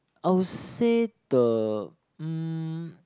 I'll say the um